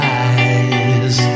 eyes